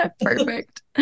Perfect